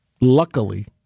luckily